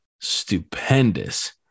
stupendous